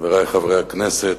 חברי חברי הכנסת,